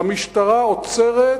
המשטרה עוצרת,